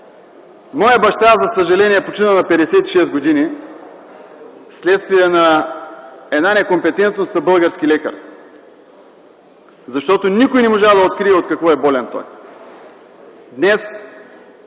Моят баща, за съжаление, почина на 56 години, вследствие на една некомпетентност на български лекар. Защото никой не можа да открие от какво е болен той.